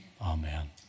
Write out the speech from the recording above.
Amen